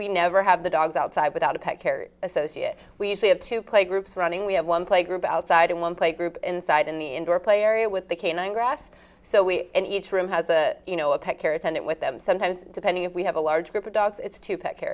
we never have the dogs outside without a pet carrier associate we usually have to play groups running we have one playgroup outside and one playgroup inside in the indoor play area with the canine grass so we in each room has a you know a pet care attendant with them sometimes depending if we have a large group of dogs it's to p